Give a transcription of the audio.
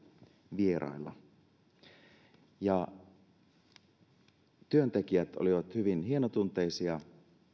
vierailla työntekijät olivat hyvin hienotunteisia